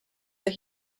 that